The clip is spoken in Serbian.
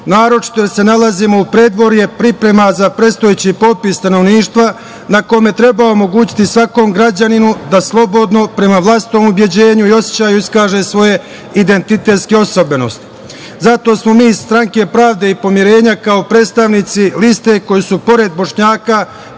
naročito jer se nalazimo u predvorju priprema za prestojeći popis stanovništva na kome treba omogućiti svakom građaninu da slobodno, prema vlastitom ubeđenju i osećaju, iskaže svoje identitetske osobenosti. Zato smo mi iz Stranke pravde i pomirenja kao predstavnici liste koji su pored Bošnjaka